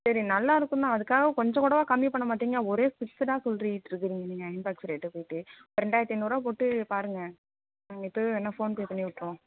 சரி நல்லாருக்குந்தான் அதற்காக கொஞ்சம் கூடவா கம்மி பண்ண மாட்டீங்க ஒரே ஃபிக்ஸ்டாக சொல்லிட்டுருக்கீங்க நீங்கள் அயர்ன் பாக்ஸ் ரேட்டை போயிட்டு ரெண்டாயிரத்து ஐநூறுரூபா போட்டு பாருங்கள் நாங்கள் இப்போவே வேணுனா ஃபோன் பே பண்ணி விட்ருவோம்